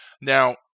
Now